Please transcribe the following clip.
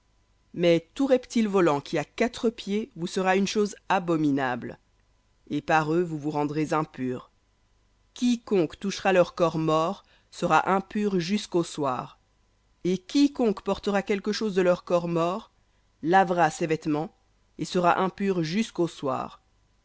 mais tout reptile volant qui a quatre pieds vous sera une chose abominable et par eux vous vous rendrez impurs quiconque touchera leur corps mort sera impur jusqu'au soir et quiconque portera de leur corps mort lavera ses vêtements et sera impur jusqu'au soir